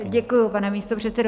Děkuji, pane místopředsedo.